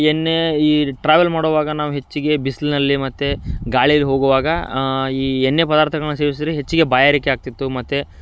ಎಣ್ಣೆ ಈ ಟ್ರಾವೆಲ್ ಮಾಡುವಾಗ ನಾವು ಹೆಚ್ಚಿಗೆ ಬಿಸಿಲ್ನಲ್ಲಿ ಮತ್ತು ಗಾಳಿಯಲ್ಲಿ ಹೋಗುವಾಗ ಈ ಎಣ್ಣೆ ಪದಾರ್ಥಗಳನ್ನ ಸೇವಿಸಿದರೆ ಹೆಚ್ಚಿಗೆ ಬಾಯಾರಿಕೆ ಆಗ್ತಿತ್ತು ಮತ್ತು